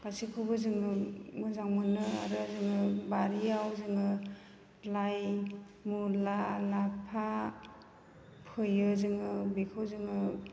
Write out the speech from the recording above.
गासैखौबो जोङो मोजां मोनो आरो जोङो बारिआव जोङो लाइ मुला लाफा फोयो जोङो बेखौ जोङो